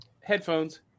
headphones